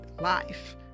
life